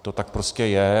To tak prostě je.